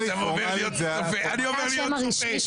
זה שם הסיעה.